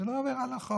זו לא עבירה על החוק.